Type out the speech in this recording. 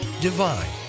divine